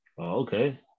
Okay